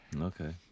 Okay